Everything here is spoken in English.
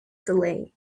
delayed